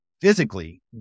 physically